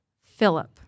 Philip